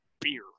beer